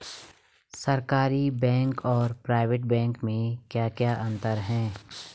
सरकारी बैंक और private bank में क्या क्या अंतर हैं?